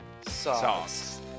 sauce